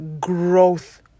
growth